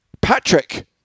Patrick